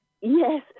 Yes